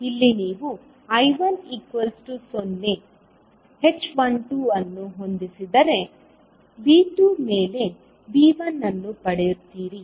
ಇಲ್ಲಿ ನೀವು I1 0 h12 ಅನ್ನು ಹೊಂದಿಸಿದರೆ ನೀವು V2 ಮೇಲೆ V1 ಅನ್ನು ಪಡೆಯುತ್ತೀರಿ